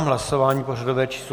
Hlasování pořadové číslo 104.